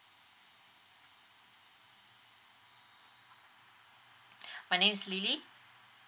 my name is lily